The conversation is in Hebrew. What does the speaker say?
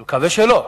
ואני מקווה שלא,